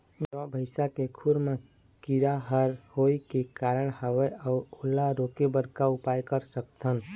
गरवा भैंसा के खुर मा कीरा हर होय का कारण हवए अऊ ओला रोके बर का उपाय कर सकथन?